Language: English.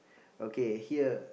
okay here